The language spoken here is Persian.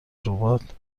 ربات